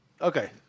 Okay